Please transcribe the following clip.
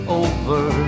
over